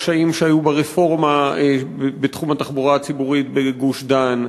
הקשיים שהיו ברפורמה בתחום התחבורה הציבורית בגוש-דן,